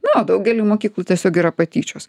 na o daugely mokyklų tiesiog yra patyčios